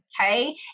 Okay